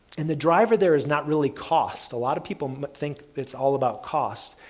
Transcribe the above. and the driver there is not really cost. a lot of people think it's all about cost,